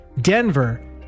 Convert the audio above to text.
Denver